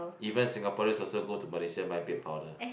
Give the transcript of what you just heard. even Singaporeans also go to Malaysia buy milk powder